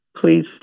Please